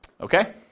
Okay